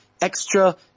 extra